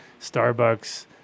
Starbucks